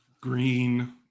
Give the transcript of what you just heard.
Green